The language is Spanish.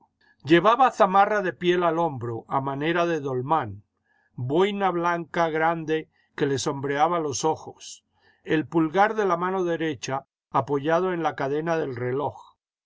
llevaba zamarra de piel al hombro a manera de dolmán boina blanca grande que le sombreaba ios ojos el pulgar de la mano derecha apoyado en la cadena del reloj